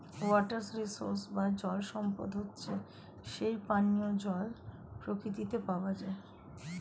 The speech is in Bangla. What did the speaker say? ওয়াটার রিসোর্স বা জল সম্পদ হচ্ছে যেই পানিও জল প্রকৃতিতে পাওয়া যায়